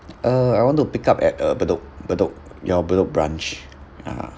uh I want to pick up at uh bedok bedok your bedok branch ya